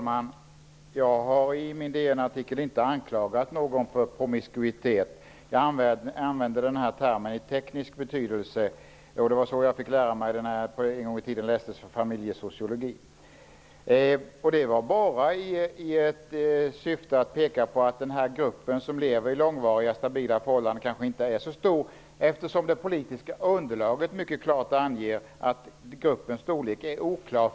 Herr talman! I min artikel i DN anklagade jag inte någon för promiskuitet. Jag använde mig av termen i den tekniska betydelse som jag fick lära mig när jag en gång i tiden läste familjesociologi. Jag använde mig av termen bara i syfte att peka på att gruppen som lever i långvariga stabila förhållanden kanske inte är så stor, eftersom det politiska underlaget mycket klart anger att gruppens storlek är oklar.